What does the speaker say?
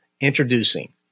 Introducing